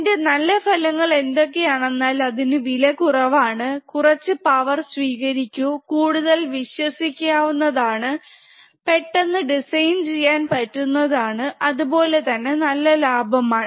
അതിൻറെ നല്ല ഫലങ്ങൾ എന്തൊക്കെയാണെന്നാൽ അതിനു വില കുറവാണു കുറച്ചു പവർ മാത്രേ സ്വീകരിക്കൂ കൂടുതൽ വിശ്വസിക്കുന്നതാണ് ആണ് പെട്ടെന്ന് ഡിസൈൻ ചെയ്യാൻ പറ്റുന്നതാണ് അതുപോലെതന്നെ നല്ല ലാഭമാണ്